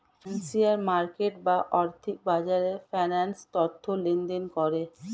financial market বা আর্থিক বাজারে ফিন্যান্স তথ্য লেনদেন করে